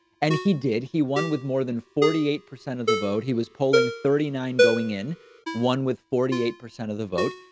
and he did he won with more than forty eight percent of the vote, he was pulling thirty nine going in one with forty eight percent of the vote,